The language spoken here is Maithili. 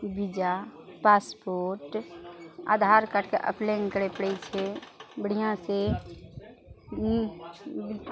बीजा पासपोर्ट आधार कार्डके अप्लाइ नहि करए पड़ै छै बढ़िऑं से नीक छै